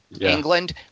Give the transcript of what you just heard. England